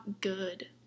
good